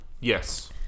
Yes